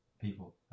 people